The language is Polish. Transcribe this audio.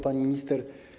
Pani Minister!